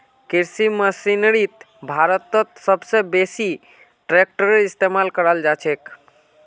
कृषि मशीनरीत भारतत सब स बेसी ट्रेक्टरेर इस्तेमाल कराल जाछेक